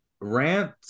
rant